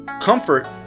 comfort